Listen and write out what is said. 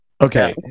okay